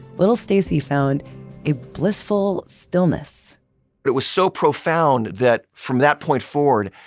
little stacy found a blissful stillness it was so profound that from that point forward,